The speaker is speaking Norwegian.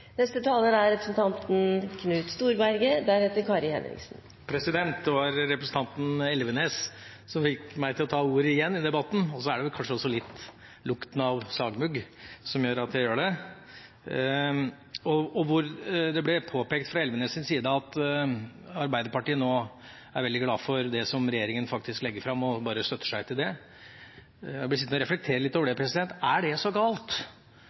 Det var representanten Elvenes som fikk meg til å ta ordet i debatten igjen, og så er det også litt lukten av sagmugg som gjør at jeg gjør det. Det ble påpekt fra Elvenes’ side at Arbeiderpartiet nå er veldig glade for det regjeringen faktisk legger fram og bare støtter seg til det. Jeg ble sittende og reflektere litt over det: Er det så galt?